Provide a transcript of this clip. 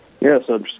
Yes